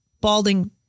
balding